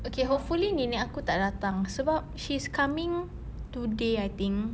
okay hopefully nenek aku tak datang sebab she's coming today I think